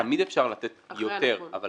תמיד אפשר לתת יותר, אבל